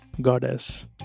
Goddess